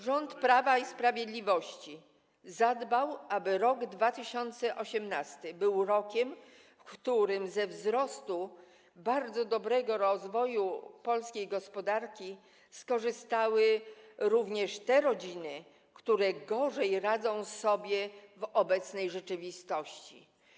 Rząd Prawa i Sprawiedliwości zadbał, aby rok 2018 był rokiem, w którym ze wzrostu i bardzo dobrego rozwoju polskiej gospodarki skorzystają również te rodziny, które gorzej radzą sobie w obecnej rzeczywistości.